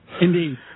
Indeed